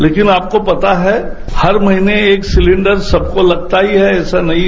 लेकिन आपको पता है हर महीने एक सिलेन्डर सदको लगता ही है ऐसा नहीं है